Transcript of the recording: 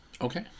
Okay